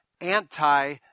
anti